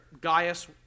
Gaius